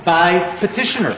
by petitioner